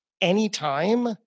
anytime